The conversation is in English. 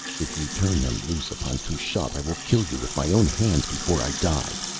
if you turn them loose upon kushat, i will kill you with my own hands before i die.